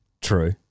True